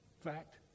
fact